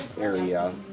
area